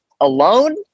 alone